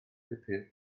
pupur